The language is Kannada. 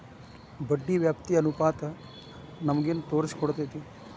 ಬಡ್ಡಿ ವ್ಯಾಪ್ತಿ ಅನುಪಾತ ನಮಗೇನ್ ತೊರಸ್ಕೊಡ್ತೇತಿ?